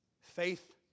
Faith